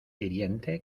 hiriente